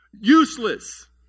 useless